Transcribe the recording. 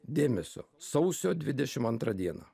dėmesio sausio dvidešim antrą dieną